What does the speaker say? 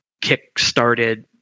kick-started